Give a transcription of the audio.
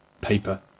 paper